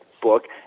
book